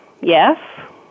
Yes